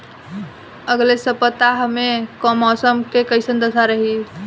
अलगे सपतआह में मौसम के कइसन दशा रही?